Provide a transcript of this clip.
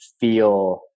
feel